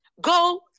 Go